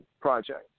project